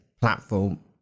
platform